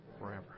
forever